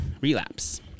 relapse